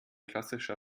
klassischer